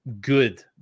good